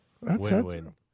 Win-win